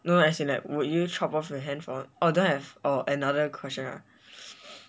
no like as in like would you chop off your hand for oh then I have oh another question ah